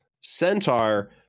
centaur